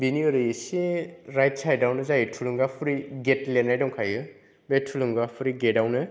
बिनि ओरै एसे राइट साइडावनो जायो थुलुंगाफुरि गेट लिरनाय दंखायो बे थुलुंगाफुरि गेटावनो